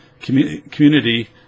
community